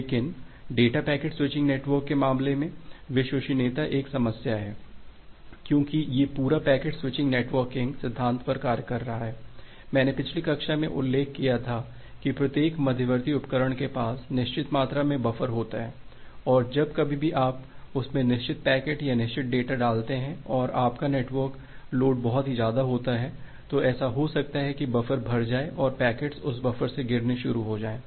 लेकिन data packet switching network के मामले में विश्वसनीयता एक समस्या है क्यूंकि ये पूरा पैकेट स्विचिंग नेटवर्ककिंग सिद्धांत पर कार्य कर रहा है मैंने पिछले कक्षा में उल्लेख किया था कि प्रत्येक मध्यवर्ती उपकरण के पास निश्चित मात्रा में बफर होती है और जब कभी भी आप उसमे निश्चित पैकेट या निश्चित डेटा डालते हैं और आपका नेटवर्क लोड बहुत ही ज्यादा होता है तो ऐसा हो सकता है की बफर भर जाए और पैकेट्स उस बफर से गिरने शुरू हो जाएँ